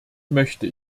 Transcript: möchte